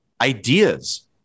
ideas